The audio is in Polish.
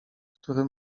który